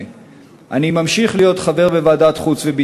בכוונה.